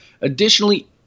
Additionally